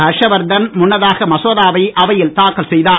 ஹர்ஷவர்தன் முன்னதாக மசோதாவை அவையில் தாக்கல் செய்தார்